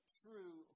true